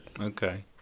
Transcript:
Okay